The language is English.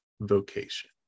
vocation